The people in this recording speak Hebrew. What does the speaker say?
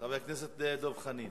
חבר הכנסת דב חנין.